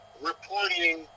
reporting